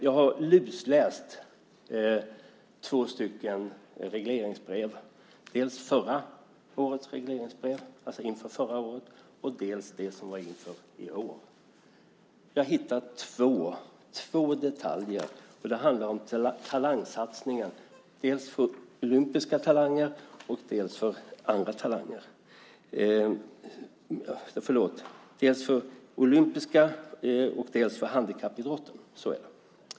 Jag har lusläst två stycken regleringsbrev, dels det inför förra året, dels det som var inför i år. Jag har hittat två detaljer. Det handlar om talangsatsningen, dels för olympiska talanger, dels för handikappidrotten.